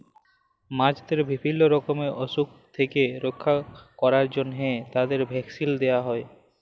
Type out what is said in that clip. মাছদের বিভিল্য রকমের অসুখ থেক্যে রক্ষা ক্যরার জন্হে তাদের ভ্যাকসিল দেয়া হ্যয়ে